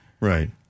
Right